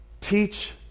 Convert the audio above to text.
teach